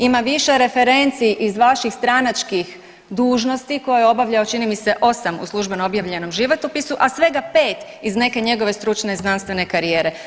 Ima više referenci iz vaših stranačkih dužnosti koje je obavljao, čini mi se, 8, u službeno obavljenom životopisu, a svega 5 iz neke njegove stručne i znanstvene karijere.